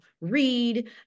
read